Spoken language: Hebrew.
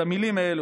את המילים האלה,